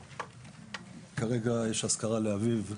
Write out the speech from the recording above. שכרגע יש אזכרה לאביו,